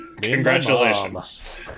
congratulations